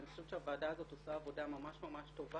אני חושבת שהוועדה הזאת עושה עבודה ממש ממש טובה,